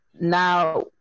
now